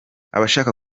abashaka